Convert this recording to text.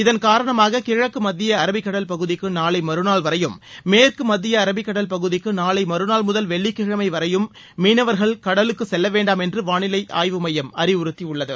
இதன் காரணமாக கிழக்கு மத்திய அரபிக்கடல் பகுதிக்கு நாளை மறுநாள் வரையும் மேற்கு மத்திய அரபிக்கடல் பகுதிக்கு நாளை மறுநாள் முதல் வெள்ளிக்கிழமை வரையும் மீனவர்கள் கடலுக்கு செல்லவேண்டாம் என்று வானிலை மையம் அறிவுறுத்தியுள்ளது